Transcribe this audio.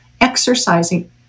exercising